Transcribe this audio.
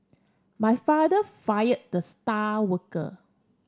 my father fire the star worker